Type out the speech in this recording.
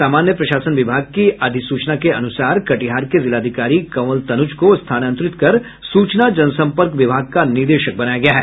सामान्य प्रशासन विभाग की अधिसूचना के अनुसार कटिहार के जिलाधिकारी कवंल तनुज को स्थानांतरित कर सूचना जनसंपर्क विभाग का निदेशक बनाया गया है